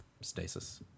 stasis